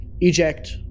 eject